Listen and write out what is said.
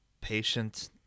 patient